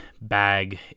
bag